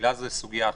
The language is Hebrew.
תפילה זו סוגיה אחרת,